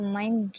mind